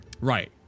right